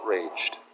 outraged